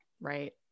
right